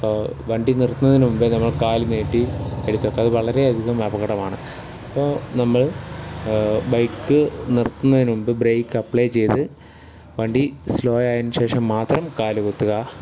ഇപ്പോൾ വണ്ടി നിർത്തുന്നതിനുമുമ്പേ നമ്മൾ കാലുനീട്ടി എടുത്തുനോക്കുക അത് വളരെയധികം അപകടമാണ് അപ്പോൾ നമ്മൾ ബൈക്ക് നിർത്തുന്നതിനുമുൻപ് ബ്രേക്ക് അപ്ലൈ ചെയ്ത് വണ്ടി സ്ലോ ആയതിനുശേഷം മാത്രം കാലുകുത്തുക